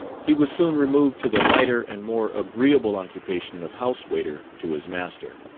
he was soon removed to the lighter and more agreeable occupation of house-waiter to his master.